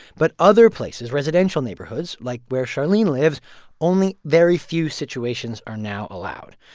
but other places residential neighborhoods like where charlene lives only very few situations are now allowed.